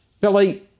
Billy